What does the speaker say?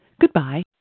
Goodbye